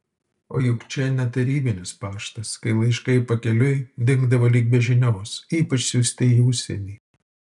o juk čia ne tarybinis paštas kai laiškai pakeliui dingdavo lyg be žinios ypač siųsti į užsienį